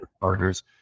partners